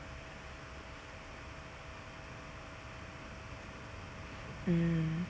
mm